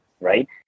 right